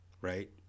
right